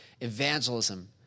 evangelism